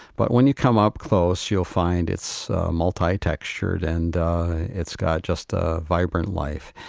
but when you come up close, you'll find it's multi-textured and it's got just a vibrant life.